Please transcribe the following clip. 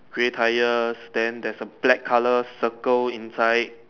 grey tires then there's some black colors circle inside